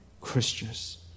christians